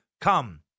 come